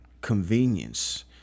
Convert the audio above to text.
convenience